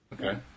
Okay